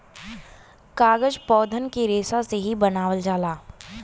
कागज पौधन के रेसा से ही बनावल जाला